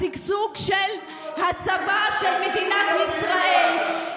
השגשוג של הצבא של מדינת ישראל,